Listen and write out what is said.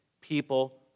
people